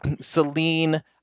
Celine